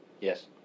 Yes